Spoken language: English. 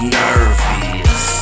nervous